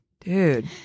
Dude